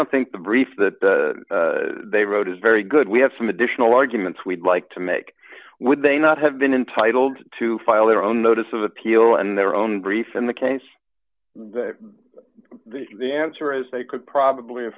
don't think the brief that they wrote is very good we have some additional arguments we'd like to make would they not have been entitled to file their own notice of appeal and their own brief in the case the answer is they could probably